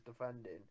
defending